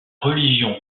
religion